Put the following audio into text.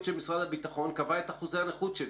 של משרד הביטחון קבעה את אחוזי הנכות שלי.